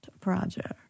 project